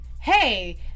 hey